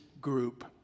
group